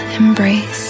embrace